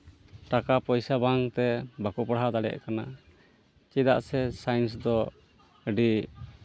ᱴᱟᱠᱟ ᱯᱚᱭᱥᱟ ᱵᱟᱝᱛᱮ ᱵᱟᱠᱚ ᱯᱟᱲᱦᱟᱣ ᱫᱟᱲᱮᱭᱟᱜ ᱠᱟᱱᱟ ᱪᱮᱫᱟᱜ ᱥᱮ ᱥᱟᱭᱮᱱᱥ ᱫᱚ ᱟᱹᱰᱤ